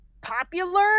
popular